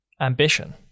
ambition